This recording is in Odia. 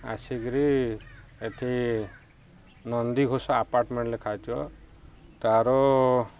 ଆସିକରି ଏଠି ନନ୍ଦିଘୋଷ ଆପାର୍ଟମେଣ୍ଟ ଲେଖାହୋଇଥିବ ତାର